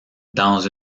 dans